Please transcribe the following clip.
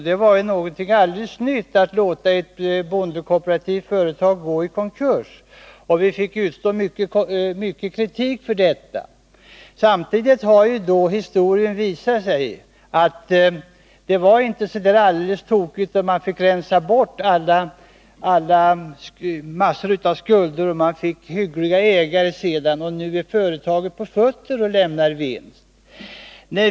Det var något alldeles nytt att låta ett bondekooperativt företag gå i konkurs, och vi fick utstå mycken kritik för detta. Emellertid har historien visat att det inte var alldeles tokigt att man fick rensa bort massor av skulder och att företaget sedan fick hyggliga ägare och nu är på fötter och lämnar vinst.